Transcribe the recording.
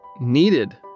needed